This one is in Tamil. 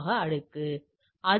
தங்களுக்கு மிக்க நன்றி